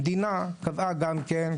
המדינה קבעה גם כן,